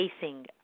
facing